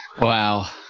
Wow